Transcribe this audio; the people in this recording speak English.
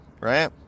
right